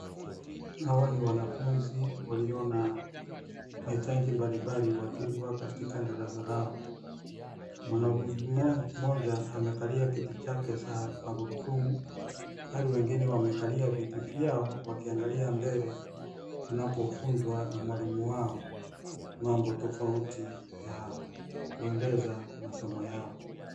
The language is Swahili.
Hawa ni wanafunzi walio na maitaji mbalimbali wakiwa katika darasa lao. Mwanafunzi mmoja amekalia kiti chake cha magurudumu, bali wengine wamekalia viti vyao wakiangalia mbele wanapofunzwa na mwalimu wao mambo tofauti ya kuendeleza masomo yao.